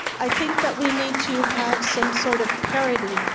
i think that we need to have some sort of parity,